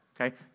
Okay